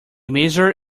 maser